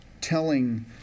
telling